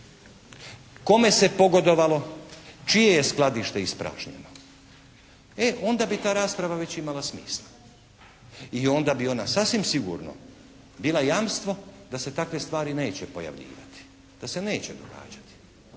Kome se pogodovalo? Čije je skladište ispražnjeno? E onda bi već ta rasprava već imala smisla. I onda bi ona sasvim sigurno bila jamstvo da se takve stvari neće pojavljivati. Da se neće događati.